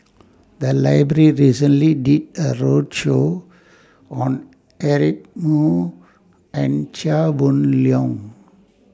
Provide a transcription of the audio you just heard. The Library recently did A roadshow on Eric Moo and Chia Boon Leong